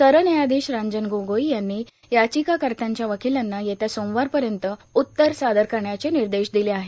सरन्यायाधीश रंजन गोगोई यांनी याचिकाकर्त्यांच्या वकिलांना येत्या सोमवारपर्यंत उत्तर सादर करण्याचे निर्देश दिले आहेत